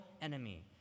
enemy